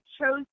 chose